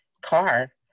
car